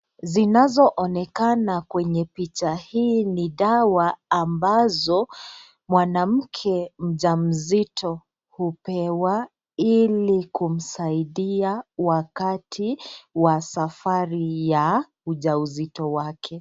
Zinazoonekana kwenye picha hii ni dawa ambazo mwanamke mjamzito hupewa ili kumsaidia wakati wa safari ya ujauzito wake.